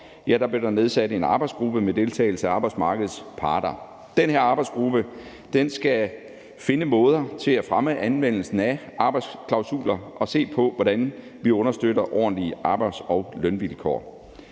for, blev der nedsat en arbejdsgruppe med deltagelse af arbejdsmarkedets parter. Den her arbejdsgruppe skal finde måder til at fremme anvendelsen af arbejdsklausuler på og se på, hvordan vi understøtter ordentlige arbejds- og lønvilkår.